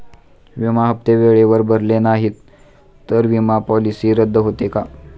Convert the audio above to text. विमा हप्ते वेळेवर भरले नाहीत, तर विमा पॉलिसी रद्द होते का?